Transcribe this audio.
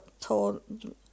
told